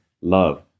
love